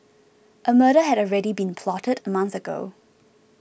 a murder had already been plotted a month ago